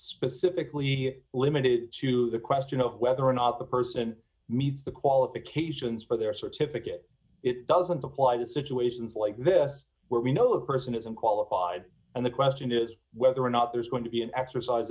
specifically limited to the question of whether or not the person meets the qualifications for their certificate it doesn't apply to situations like this where we know a person isn't qualified and the question is whether or not there's going to be an exercise